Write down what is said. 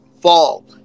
fall